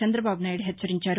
చందబాబు నాయుడు హెచ్చరించారు